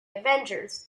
avengers